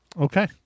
Okay